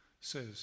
says